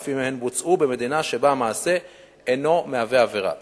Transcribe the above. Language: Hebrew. אף אם הן בוצעו במדינה שבה המעשה אינו מהווה עבירה.